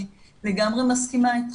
אני לגמרי מסכימה איתך.